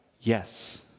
Yes